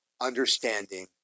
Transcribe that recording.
understanding